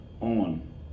on